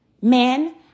men